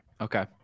Okay